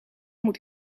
moet